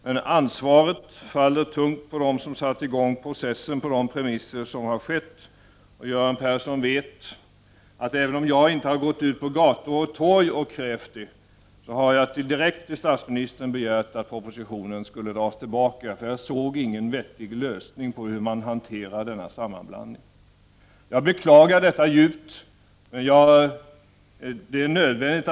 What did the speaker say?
Men ansvaret faller tungt på dem som satte i gång processen på de premisser som fanns. Göran Persson vet att jag, även om jag inte har gått ut på gator och torg och krävt det, direkt hos statsministern har begärt att propositionen skall dras tillbaka. Jag såg ingen vettig lösning på hur man skulle kunna komma till rätta med den här sammanblandningen. Jag beklagar djupt att det har blivit så här.